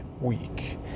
week